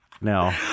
No